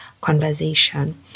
conversation